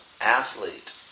athlete